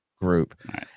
group